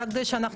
רק כדי להבין,